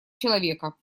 человека